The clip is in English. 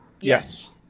Yes